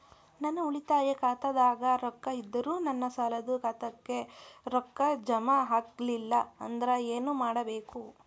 ನನ್ನ ಉಳಿತಾಯ ಖಾತಾದಾಗ ರೊಕ್ಕ ಇದ್ದರೂ ನನ್ನ ಸಾಲದು ಖಾತೆಕ್ಕ ರೊಕ್ಕ ಜಮ ಆಗ್ಲಿಲ್ಲ ಅಂದ್ರ ಏನು ಮಾಡಬೇಕು?